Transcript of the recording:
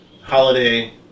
holiday